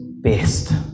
best